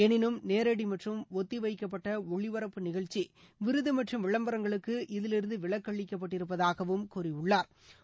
எனினும் நேரடி மற்றும் ஒத்திவைக்கப்பட்ட ஒளிபரப்பு நிகழ்ச்சி விருது மற்றம் விளம்பரங்களுக்கு இதிலிருந்து விலக்கு அளிக்கப்பட்டிருப்பதாகவும் கூறியுள்ளாா்